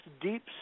deep